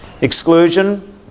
Exclusion